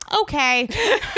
okay